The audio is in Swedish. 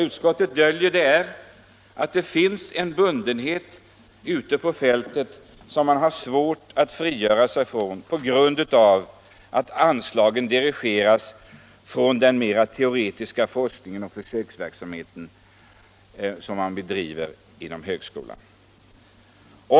Utskottet döljer att det ute på fältet finns en bundenhet som man har svårt att frigöra sig från på grund av att anslagen dirigeras till den mer teoretiska forskning och försöksverksamhet som lantbrukshögskolan bedriver.